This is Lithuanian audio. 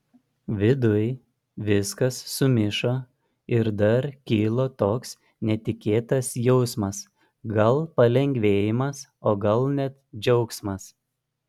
viduj viskas sumišo ir dar kilo toks netikėtas jausmas gal palengvėjimas o gal net džiaugsmas